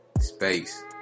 space